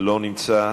לא נמצא.